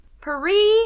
Paris